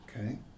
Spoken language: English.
Okay